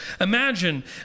Imagine